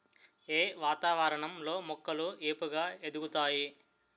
ఏ వాతావరణం లో మొక్కలు ఏపుగ ఎదుగుతాయి?